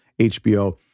HBO